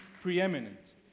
preeminent